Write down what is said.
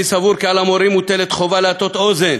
אני סבור כי על המורים מוטלת חובה להטות אוזן